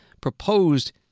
proposed